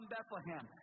Bethlehem